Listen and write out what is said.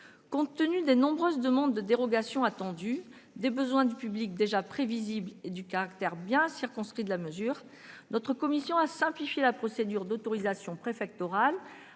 Compte tenu des nombreuses demandes de dérogations attendues, des besoins du public déjà prévisibles et du caractère bien circonscrit de la mesure, notre commission a simplifié la procédure d'autorisation préfectorale,